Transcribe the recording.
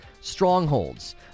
strongholds